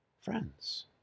Friends